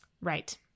Right